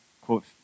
quote